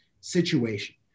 situation